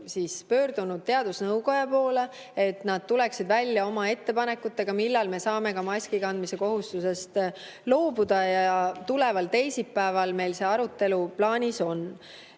oleme pöördunud teadusnõukoja poole, et nad tuleksid välja oma ettepanekutega, millal me saame ka maskikandmise kohustusest loobuda. Tuleval teisipäeval meil see arutelu plaanis